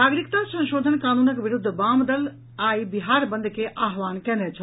नागरिकता संशोधन कानूनक विरूद्ध वाम दल बिहार आइ बंद के आह्वान कयने छल